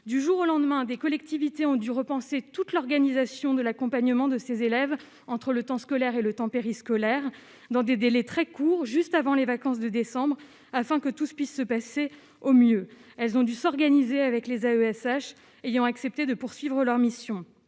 du jour au lendemain des collectivités ont dû repenser toute l'organisation de l'accompagnement de ces élèves, entre le temps scolaire et le temps périscolaire dans des délais très courts, juste avant les vacances de décembre afin que tous puissent se passer au mieux, elles ont dû s'organiser avec les AESH ayant accepté de poursuivre leur mission,